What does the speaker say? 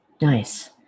Nice